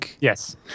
Yes